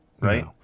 Right